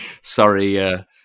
sorry